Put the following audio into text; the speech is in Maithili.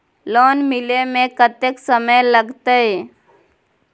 लोन मिले में कत्ते समय लागते?